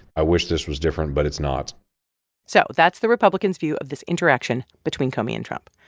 i wish this was different, but it's not so that's the republicans' view of this interaction between comey and trump.